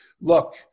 look